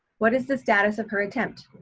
what is the status of her attempt?